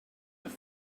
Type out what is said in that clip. have